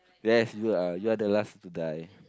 yes you are you are the last to die